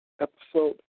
Episode